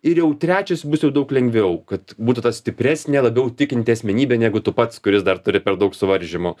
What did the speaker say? ir jau trečias bus jau daug lengviau kad būtų ta stipresnė labiau tikinti asmenybė negu tu pats kuris dar turi per daug suvaržymų